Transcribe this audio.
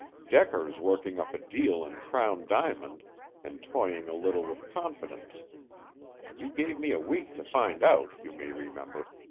decker's working up a deal in crown diamond and toying a little with confidence you gave me a week to find out, you may remember.